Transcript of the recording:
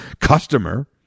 customer